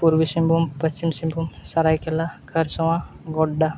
ᱯᱩᱨᱵᱤ ᱥᱤᱝᱵᱷᱩᱢ ᱯᱟᱥᱪᱷᱤᱢ ᱥᱤᱝᱵᱷᱩᱢ ᱥᱚᱨᱟᱭᱠᱮᱞᱟ ᱠᱷᱟᱨᱥᱚᱶᱟ ᱜᱚᱰᱰᱟ